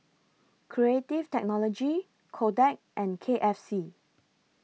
Creative Technology Kodak and K F C